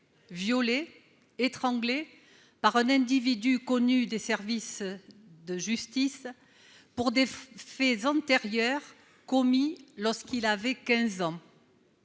violée, étranglée par un individu connu de la justice pour des faits antérieurs, commis lorsqu'il avait 15 ans.